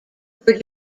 were